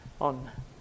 on